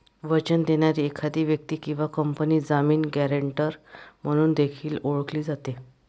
वचन देणारी एखादी व्यक्ती किंवा कंपनी जामीन, गॅरेंटर म्हणून देखील ओळखली जाते